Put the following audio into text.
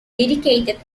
dedicated